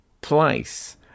place